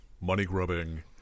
money-grubbing